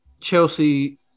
Chelsea